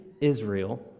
Israel